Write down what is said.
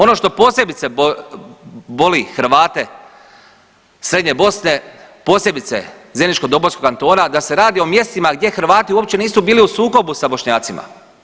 Ono što posebice boli Hrvate Srednje Bosne, posebice Zeničko-dobojskog kantona, da se radi o mjestima gdje Hrvati uopće nisu bili u sukobu s Bošnjacima.